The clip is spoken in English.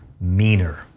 meaner